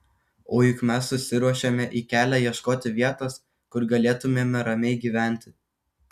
o juk mes susiruošėme į kelią ieškoti vietos kur galėtumėme ramiai gyventi